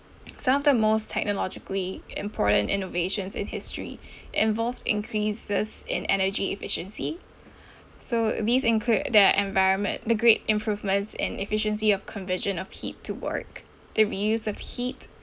some of the most technologically important innovations in history involved increases in energy efficiency so these include the environment the great improvements in efficiency of conversion of heat to work the reuse of heat